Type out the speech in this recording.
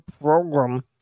program